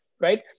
right